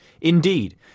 Indeed